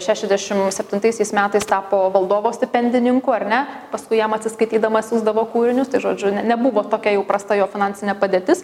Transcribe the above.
šešiasdešim septintaisiais metais tapo valdovo stipendininku ar ne paskui jam atsiskaitydamas siųsdavo kūrinius tai žodžiu nebuvo tokia jau prasta jo finansinė padėtis